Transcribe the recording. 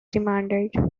demanded